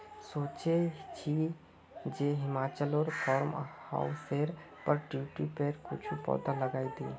सोचे छि जे हिमाचलोर फार्म हाउसेर पर ट्यूलिपेर कुछू पौधा लगइ दी